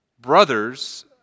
Brothers